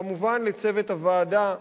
כמובן לצוות הוועדה,